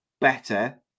better